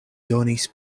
donis